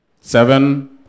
Seven